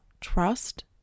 trust